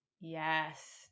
Yes